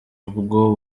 bwo